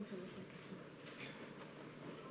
נבחרו ותיקים ומנוסים שיאפשרו איזון בונה בין החדש לבין